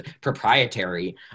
proprietary